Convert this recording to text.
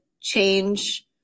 change